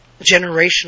generational